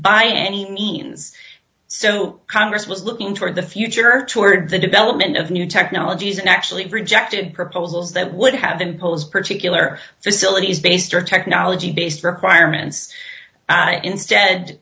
by any means so congress was looking toward the future towards the development of new technologies and actually rejected proposals that would have imposed particular facilities based or technology based requirements instead